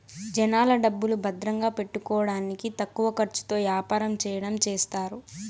జనాల డబ్బులు భద్రంగా పెట్టుకోడానికి తక్కువ ఖర్చుతో యాపారం చెయ్యడం చేస్తారు